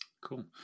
Cool